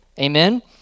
Amen